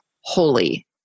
holy